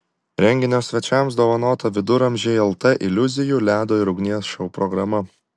renginio svečiams dovanota viduramžiai lt iliuzijų ledo ir ugnies šou programa